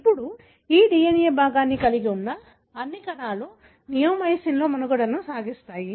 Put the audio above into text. ఇప్పుడు ఈ DNA భాగాన్ని కలిగి ఉన్న అన్ని కణాలు నియోమైసిన్లో మనుగడ సాగిస్తాయి